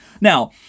Now